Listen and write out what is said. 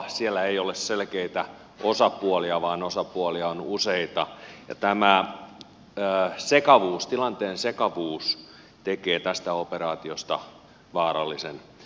siellä ei ole selkeitä osapuolia vaan osapuolia on useita ja tämä tilanteen sekavuus tekee tästä operaatiosta vaarallisen